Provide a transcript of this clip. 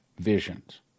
visions